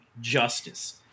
justice